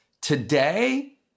today